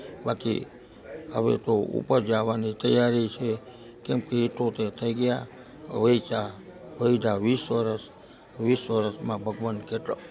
બાકી હવે તો ઉપર જવાની તૈયારી છે કેમકે ઇઠોતેર થઈ ગયાં વધ્યા વીસ વર્ષ વીસ વરસમાં ભગવાન કેટલો